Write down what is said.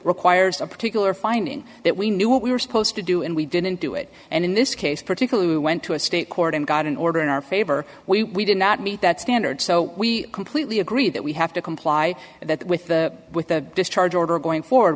requires a particular finding that we knew what we were supposed to do and we didn't do it and in this case particularly went to a state court and got an order in our favor we did not meet that standard so we completely agree that we have to comply with the with the discharge order going forward